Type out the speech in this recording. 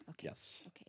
Yes